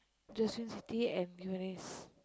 Josephine சித்தி:siththi and Bhivanes